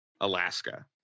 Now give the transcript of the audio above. Alaska